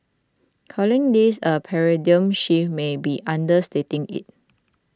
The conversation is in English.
calling this a paradigm shift may be understating it